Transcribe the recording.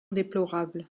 déplorable